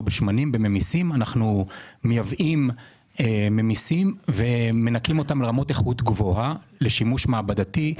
אנחנו מייבאים ממיסים ומנקים אותם ברמות איכות גבוהה לשימוש מעבדתי,